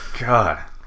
god